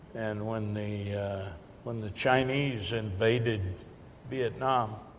and when the when the chinese, invaded vietnam,